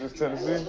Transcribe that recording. tennessee?